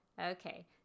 Okay